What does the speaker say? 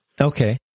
Okay